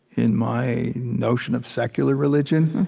in my notion of secular religion,